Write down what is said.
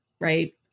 right